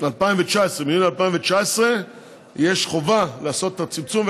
2019 יש חובה לעשות את הצמצום.